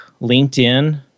LinkedIn